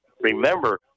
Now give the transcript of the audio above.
remember